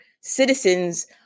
citizens